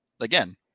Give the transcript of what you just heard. again